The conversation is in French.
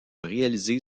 réaliser